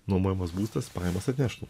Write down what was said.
nuomojamas būstas pajamas atneštų